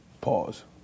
Pause